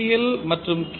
L மற்றும் K